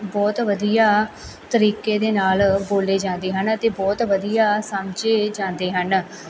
ਬਹੁਤ ਵਧੀਆ ਤਰੀਕੇ ਦੇ ਨਾਲ ਬੋਲੇ ਜਾਂਦੇ ਹਨ ਤੇ ਬਹੁਤ ਵਧੀਆ ਸਮਝੇ ਜਾਂਦੇ ਹਨ